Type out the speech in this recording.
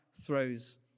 throws